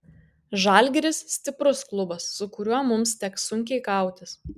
žalgiris stiprus klubas su kuriuo mums teks sunkiai kautis